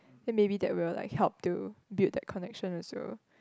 then maybe that will like help to build that connection also